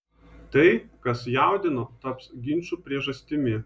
tai kas jaudino taps ginčų priežastimi